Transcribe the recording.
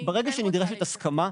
ברגע שנדרשת הסכמה,